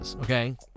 Okay